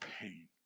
pain